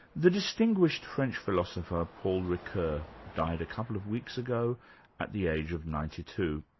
the distinguished french philosopher, paul ricoeur died a couple of weeks ago at the age of ninety two.